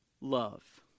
love